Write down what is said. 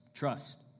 Trust